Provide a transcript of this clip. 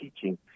teaching